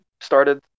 started